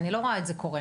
אני לא רואה את זה קורה.